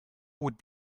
would